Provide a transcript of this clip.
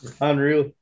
Unreal